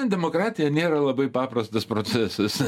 demokratija nėra labai paprastas procesas